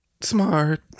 Smart